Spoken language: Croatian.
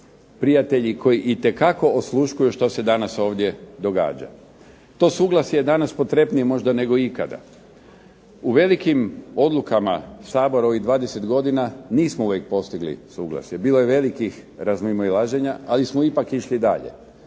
prijatelji koji itekako osluškuju što se danas ovdje događa. To suglasje je danas možda potrebnije nego ikada. U velikim odlukama saborovih 20 godina nismo uvijek postigli suglasje. Bilo je velikih razmimoilaženja, ali smo ipak išli dalje.